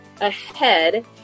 ahead